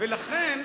לכן,